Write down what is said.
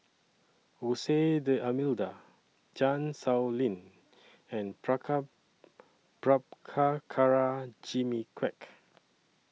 Jose D'almeida Chan Sow Lin and Praka Prabhakara Jimmy Quek